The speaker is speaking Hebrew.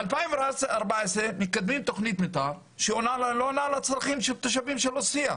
ב-2014 מקדמים תכנית מתאר שלא עונה על הצרכים של תושבי עוספיה.